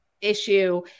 issue